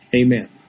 Amen